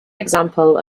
example